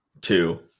two